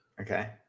Okay